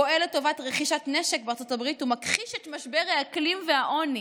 פועל לטובת רכישת נשק בארצות הברית ומכחיש את משבר האקלים והעוני.